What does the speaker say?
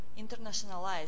internationalized